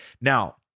Now